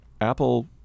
Apple